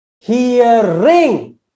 hearing